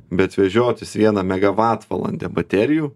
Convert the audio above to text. bet vežiotis vieną megavatvalandę baterijų